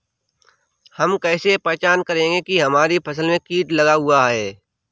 हम कैसे पहचान करेंगे की हमारी फसल में कीट लगा हुआ है?